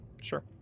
Sure